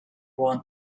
want